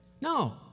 No